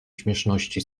śmieszności